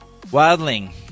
Wildling